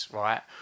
right